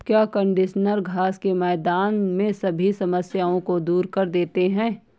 क्या कंडीशनर घास के मैदान में सभी समस्याओं को दूर कर देते हैं?